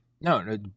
No